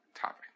topic